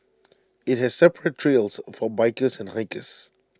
IT has separate trails for bikers and hikers